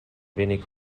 wenig